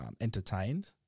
entertained